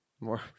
More